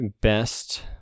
best